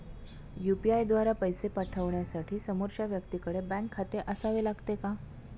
UPI द्वारा पैसे पाठवण्यासाठी समोरच्या व्यक्तीकडे बँक खाते असावे लागते का?